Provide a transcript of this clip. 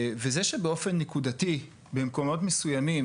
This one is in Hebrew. זה שבאופן נקודתי במקומות מסוימים